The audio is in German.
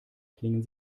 klingen